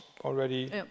already